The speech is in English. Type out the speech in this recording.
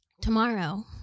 Tomorrow